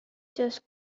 just